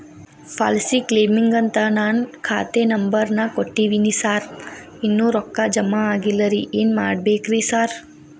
Policy ಕ್ಲೇಮಿಗಂತ ನಾನ್ ಖಾತೆ ನಂಬರ್ ನಾ ಕೊಟ್ಟಿವಿನಿ ಸಾರ್ ಇನ್ನೂ ರೊಕ್ಕ ಜಮಾ ಆಗಿಲ್ಲರಿ ಏನ್ ಮಾಡ್ಬೇಕ್ರಿ ಸಾರ್?